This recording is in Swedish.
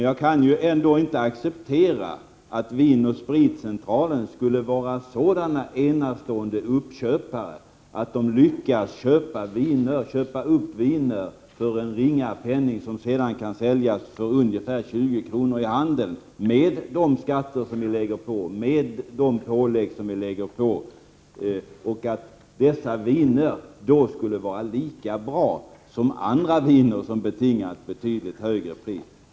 Jag kan ändå inte acceptera att Vin & Spritcentralen skulle vara en så enastående uppköpare att man lyckas för en ringa penning köpa upp viner som sedan kan säljas för ungefär 20 kr. i handeln — med de skatter och andra pålägg som vi har — och att dessa viner då skulle vara lika bra som andra viner, som betingar ett betydligt högre pris.